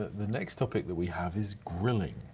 the next topic that we have is grilling.